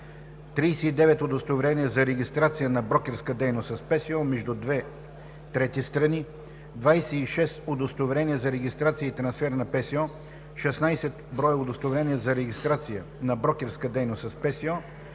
39 удостоверения за регистрация на брокерска дейност с ПСО между две трети страни; 26 удостоверения за регистрация и трансфер на ПСО; 16 броя удостоверения за регистрация на брокерска дейност с ПСО